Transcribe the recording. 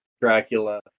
Dracula